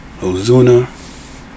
Ozuna